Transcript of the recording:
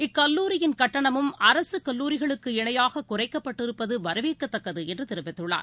இக்கல்லூரியின் கட்டணமும் அரசுக் கல்லூரிகளுக்கு இணையாககுறைக்கப்பட்டிருப்பதுவரவேற்கத்தக்கதுஎன்றுதெரிவித்துள்ளார்